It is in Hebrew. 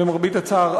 למרבה הצער,